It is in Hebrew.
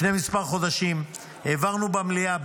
לפני כמה חודשים העברנו במליאה,